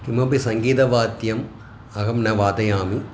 किमपि सङ्गीतवाद्यम् अहं न वादयामि